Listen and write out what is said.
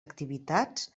activitats